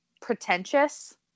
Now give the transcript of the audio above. pretentious